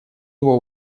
его